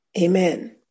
Amen